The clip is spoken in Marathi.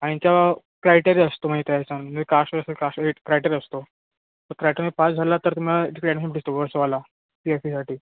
आणि तेव्हा क्रायटेरिया असतो माहिती आहे याचा म्हणजे कास्ट वगैरे काही क्रायटेरिया असतो तर तुम्ही क्रायटेरिया पास झालात तर तुम्हाला ऍड्रेश देतो वर्सोवाला सी आय फीसाठी